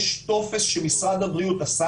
יש טופס שמשרד הבריאות עשה,